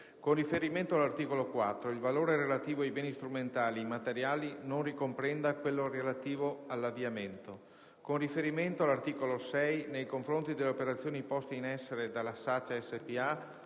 con riferimento all'articolo 4, il valore relativo ai beni strumentali e immateriali non ricomprenda quello relativo all'avviamento; con riferimento all'articolo 6, nei confronti delle operazioni poste in essere dalla SACE S.p.A.,